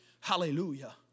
Hallelujah